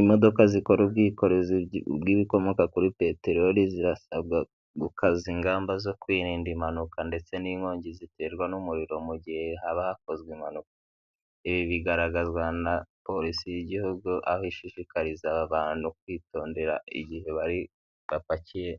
Imodoka zikora ubwikorezi bw'ibikomoka kuri peteroli, zirasabwa gukaza ingamba zo kwirinda impanuka ndetse n'inkongi ziterwa n'umuriro mu gihe haba hakozwe impanuka. Ibi bigaragazwa na polisi y'igihugu aho ishishikariza aba abantu kwitondera igihe bari bapakiye